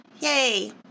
Yay